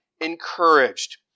encouraged